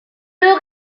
raisin